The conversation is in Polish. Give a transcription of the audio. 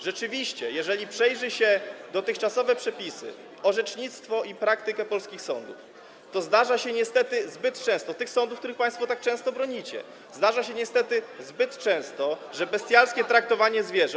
Rzeczywiście, jeżeli przejrzy się dotychczasowe przepisy, orzecznictwo i praktykę polskich sądów, to zdarza się niestety zbyt często - tych sądów, których państwo tak często bronicie - zdarza się niestety zbyt często, że bestialskie traktowanie zwierząt.